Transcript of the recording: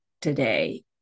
today